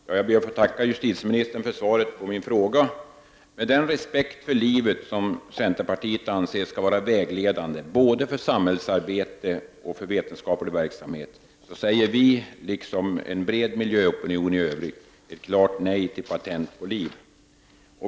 Herr talman! Jag ber att få tacka justitieministern för svaret på min fråga. Med den respekt för livet som centerpartiet anser skall vara vägledande både för samhällsarbete och för vetenskaplig verksamhet säger vi, liksom en bred miljöopinion i övrigt, ett klart nej till patent på liv.